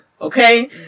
okay